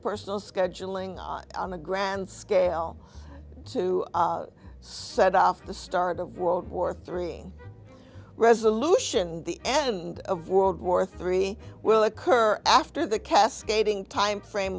personal scheduling on a grand scale to set off the start of world war three resolution the end of world war three will occur after the cascading timeframe